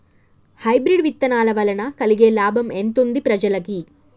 Hybrid విత్తనాల వలన కలిగే లాభం ఎంతుంది ప్రజలకి?